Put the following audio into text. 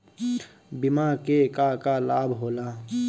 बिमा के का का लाभ होला?